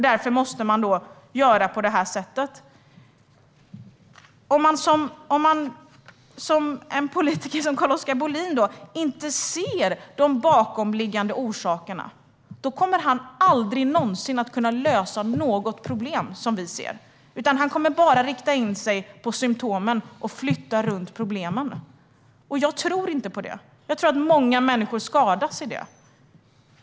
Därför måste de göra på det här sättet. Om en politiker som Carl-Oskar Bohlin inte ser de bakomliggande orsakerna kommer han aldrig någonsin att kunna lösa något problem som vi ser, utan han kommer bara att rikta in sig på symtomen och flytta runt problemen. Jag tror inte på det. Jag tror att många människor skadas av det.